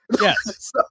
Yes